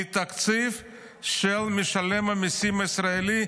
מהתקציב של משלם המיסים הישראלי,